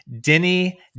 Denny